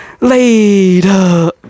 later